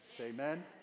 Amen